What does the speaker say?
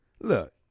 look